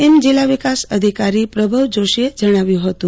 તેવું જીલ્લા વિકાસ અધિકારી પ્રભવ જોષીએ જનાવ્યું હતું